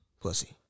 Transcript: pussy